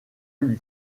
lui